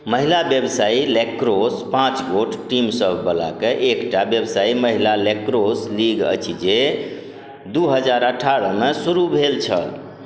महिला व्यवसायी लैक्रोस पाँच गोट टीमसभ वलाके एकटा व्यवसायी महिला लेक्रोस लीग अछि जे दू हजार अठारहमे शुरू भेल छल